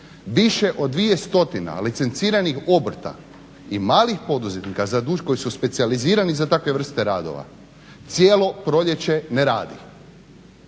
dvije stotine licenciranih obrta i malih poduzetnika koji su specijalizirani za takve vrste radova cijelo proljeće ne radi.